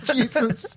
Jesus